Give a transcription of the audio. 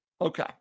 Okay